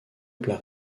plats